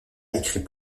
écrit